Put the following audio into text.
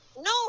No